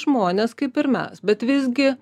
žmonės kaip ir mes bet visgi